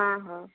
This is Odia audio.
ହଁ ହଁ